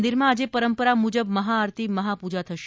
મંદિરમાં આજે પરંપરા મુજબ મહાઆરતી મહાપૂજા થશે